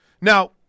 Now